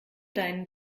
deinen